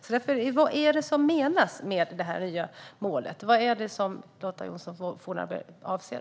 Vad är det som menas med det nya målet? Vad är det som Lotta Johnsson Fornarve avser?